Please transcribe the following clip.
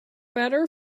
better